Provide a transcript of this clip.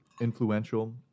influential